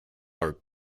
are